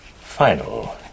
final